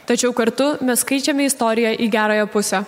tačiau kartu mes keičiame istoriją į gerąją pusę